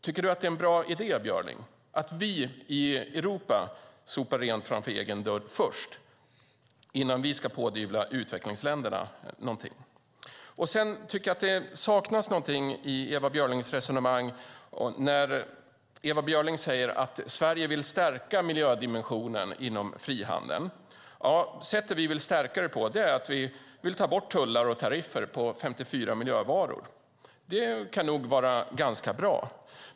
Tycker du att det är en bra idé, Björling, att vi i Europa sopar rent framför egen dörr först innan vi ska pådyvla utvecklingsländerna någonting? Det saknas någonting i Ewa Björlings resonemang när Ewa Björling säger att Sverige vill stärka miljödimensionen inom frihandeln. Sättet vi vill stärka det på är att vi vill ta bort tullar och tariffer på 54 miljövaror. Det kan nog vara ganska bra.